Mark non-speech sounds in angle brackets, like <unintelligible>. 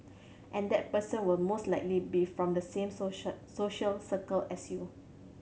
and that person will most likely be from the same <unintelligible> social circle as you